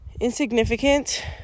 insignificant